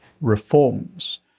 reforms